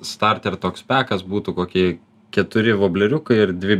start ir toks pekas būtų kokie keturi vobleriukai ir dvi